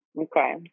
Okay